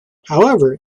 however